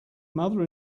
mother